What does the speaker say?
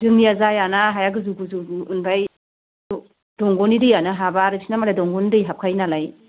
जोंनिया जायाना हाया गोजौ गोजौ ओमफ्राय दंग'नि दैयानो हाबा आरो बिसोरना मालाय दंग'नि दै हाबखायो नालाय